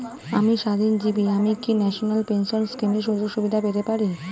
আমি স্বাধীনজীবী আমি কি ন্যাশনাল পেনশন স্কিমের সুযোগ সুবিধা পেতে পারি?